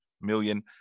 million